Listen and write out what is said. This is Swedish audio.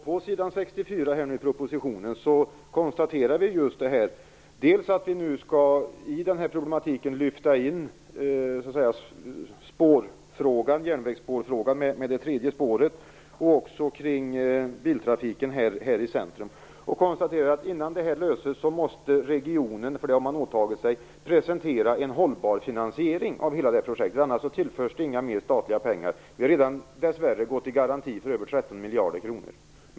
På s. 64 i propositionen konstaterar vi just att vi i problematiken skall lyfta in frågan om det tredje järnvägsspåret och biltrafiken här i centrum. Vi konstaterar att innan detta löses måste regionen presentera en hållbar finansiering av hela projektet - för det har man åtagit sig - annars tillförs det inga mer statliga pengar. Vi har dessvärre redan garanterat över 13 miljarder kronor.